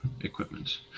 Equipment